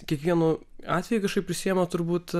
kiekvienu atveju kažkaip prisiima turbūt